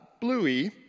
Bluey